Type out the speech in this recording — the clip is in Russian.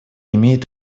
имеет